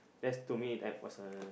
that's to me that was a